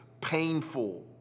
painful